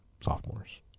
sophomores